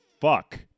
fuck